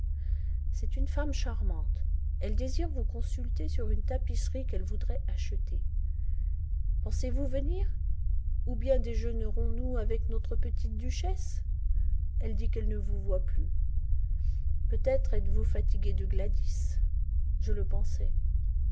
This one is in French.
c'est une femme charmante elle désire vous consulter sur une tapisserie qu'elle voudrait acheter pensez-vous venir ou bien déjeunerons nous avec notre petite duchesse elle dit qu'elle ne vous voit plus peut-être êtes-vous fatigué de gladys je le pensais